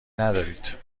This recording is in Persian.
ندارید